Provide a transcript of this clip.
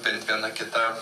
bent viena kita